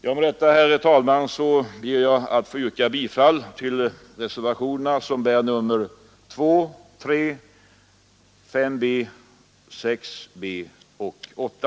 Med detta ber jag, herr talman, att få yrka bifall till reservationerna 2, 3, 5 b, 6 b och 8.